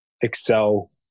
excel